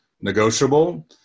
negotiable